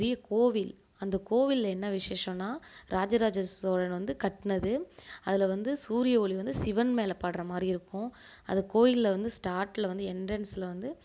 பெரிய கோவில் அந்த கோவிலில் என்ன விசேஷோன்னால் இராஜராஜ சோழன் வந்து கட்டினது அதில் வந்து சூரிய ஒளி வந்து சிவன் மேல் படுற மாதிரி இருக்கும் அது கோவிலில் வந்து ஸ்டார்டில் வந்து எண்ட்ரன்ஸில் வந்து